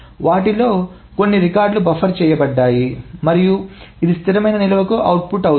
వాటిలో కొన్ని రికార్డులు బఫర్ చేయబడ్డాయి మరియు ఇది స్థిరమైన నిల్వకు అవుట్పుట్ అవుతుంది